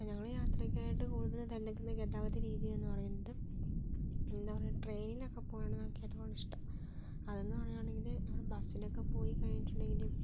ഞങ്ങള് യാത്രക്കായിട്ട് കൂടുതലായിട്ടും തിരഞ്ഞെടുക്കുന്നത് ഗതാഗത രീതി എന്ന് പറയുന്നത് എന്താപറയുക ട്രെയിനിൽ ഒക്കെ പോകുന്നതൊക്കെ ആണ് എനിക്ക് ഏറ്റവും കൂടുതൽ ഇഷ്ടം അതെന്ന് പറയാണെങ്കില് നമ്മള് ബസ്സ്നൊക്കെ പോയി കഴിഞ്ഞിട്ടുണ്ടെങ്കിൽ